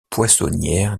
poissonnière